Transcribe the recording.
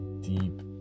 deep